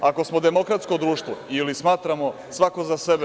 Ako smo demokratsko društvo ili smatramo, svako za sebe…